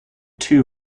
two